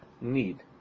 need